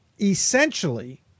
Essentially